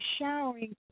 showering